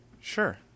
Sure